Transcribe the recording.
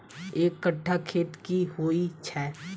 एक कट्ठा खेत की होइ छै?